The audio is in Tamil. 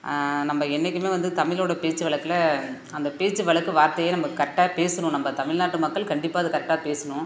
நம்ப என்னைக்குமே வந்து தமிழோட பேச்சு வழக்குல அந்த பேச்சு வளக்கு வார்த்தையை நம்ப கரெக்ட்டாக பேசணும் நம்ப தமிழ் நாட்டு மக்கள் கண்டிப்பாக அது கரெக்ட்டாக பேசணும்